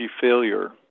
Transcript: failure